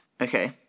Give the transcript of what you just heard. Okay